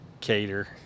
cater